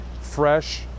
fresh